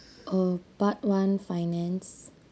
uh part one finance